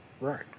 Right